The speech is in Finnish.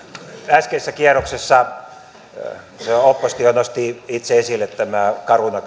äskeisellä kierroksella oppositio nosti itse esille tämän caruna